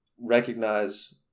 recognize